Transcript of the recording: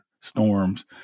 storms